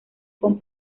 con